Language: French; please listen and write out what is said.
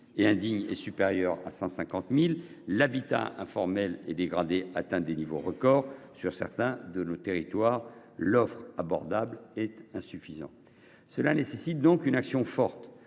et indignes est supérieur à 150 000, l’habitat informel et dégradé atteint des niveaux records dans certains de nos territoires et l’offre abordable est insuffisante. Ces constats appellent une action forte.